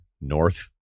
north